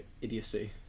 idiocy